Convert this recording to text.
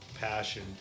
passion